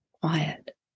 quiet